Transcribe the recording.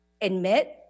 admit